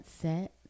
set